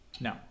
No